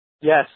Yes